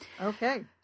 okay